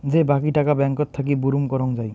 যে বাকী টাকা ব্যাঙ্কত থাকি বুরুম করং যাই